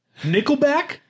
nickelback